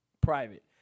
private